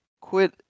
quit